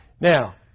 Now